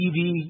TV